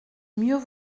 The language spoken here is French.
mieux